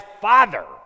Father